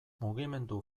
mugimendu